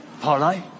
Parlay